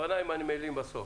בבקשה.